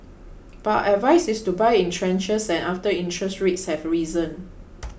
but our advice is to buy in tranches and after interest rates have risen